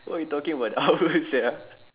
what are you talking about an hour sia